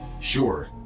Sure